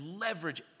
leverage